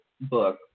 book